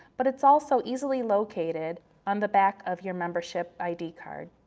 but it's also easily located on the back of your membership id card.